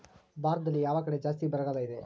ಭಾರತದಲ್ಲಿ ಯಾವ ಕಡೆ ಜಾಸ್ತಿ ಬರಗಾಲ ಇದೆ?